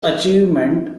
achievement